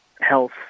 health